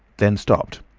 then stopped.